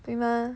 对吗